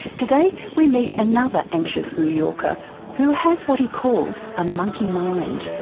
today, we meet another anxious new yorker who has what he calls a monkey mind.